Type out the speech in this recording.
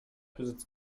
besitzt